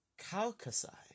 Caucasai